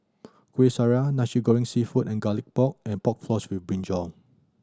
Kuih Syara Nasi Goreng Seafood and Garlic Pork and Pork Floss with brinjal